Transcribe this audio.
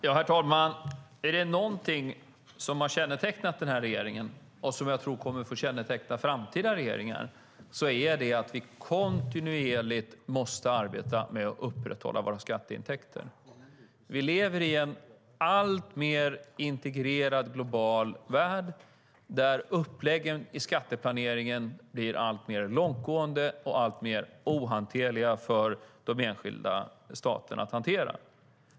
Herr talman! Är det någonting som har kännetecknat den här regeringen, och som jag tror kommer att känneteckna framtida regeringar, så är det att vi kontinuerligt har arbetat med att upprätthålla skatteintäkterna. Vi lever i en alltmer integrerad global värld där uppläggen i skatteplaneringen blir alltmer långtgående och ohanterliga för de enskilda staterna att hantera.